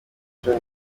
cumi